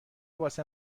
واسه